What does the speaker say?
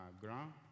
ground